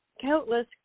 countless